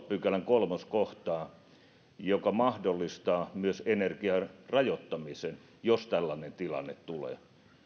pykälän kolmas kohtaa joka mahdollistaa myös energian rajoittamisen jos tällainen tilanne tulee